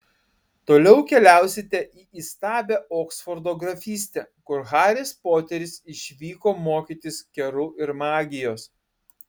toliau keliausite į įstabią oksfordo grafystę kur haris poteris išvyko mokytis kerų ir magijos